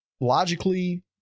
logically